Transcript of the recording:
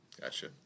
Gotcha